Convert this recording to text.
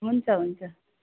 हुन्छ हुन्छ